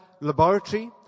laboratory